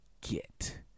get